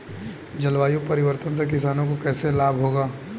जलवायु परिवर्तन से किसानों को कैसे लाभ होगा?